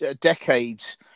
decades